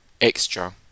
extra